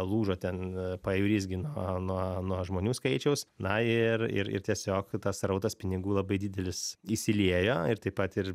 lūžo ten pajūris gi nuo nuo nuo žmonių skaičiaus na ir ir ir tiesiog tas srautas pinigų labai didelis įsiliejo ir taip pat ir